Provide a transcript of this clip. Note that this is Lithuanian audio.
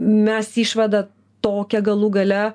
mes išvada tokią galų gale